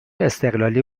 استقلالی